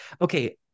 Okay